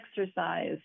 exercise